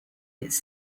its